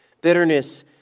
Bitterness